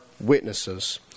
witnesses